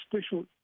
Special